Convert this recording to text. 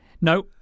No